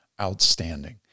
outstanding